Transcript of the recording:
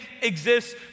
exists